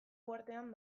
uhartean